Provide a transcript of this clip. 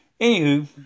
Anywho